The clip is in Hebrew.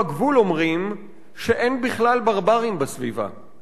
הגבול אומרים/ שאין בכלל ברברים בסביבה.//